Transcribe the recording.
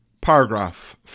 Paragraph